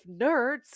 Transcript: nerds